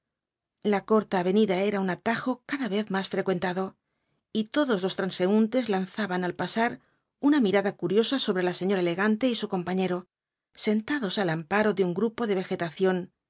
la corta avenida era un atajo cada vez más frecuentado y todos los transeúntes lanzaban al pasar una mirada curiosa sobre la señora elegante y su compañero sentados al amparo de un grupo de vegetación